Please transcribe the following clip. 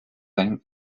lane